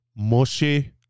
Moshe